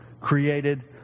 created